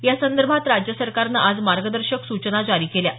यासंदर्भात राज्य सरकारनं आज मार्गदर्शक सूचना जारी केली आहे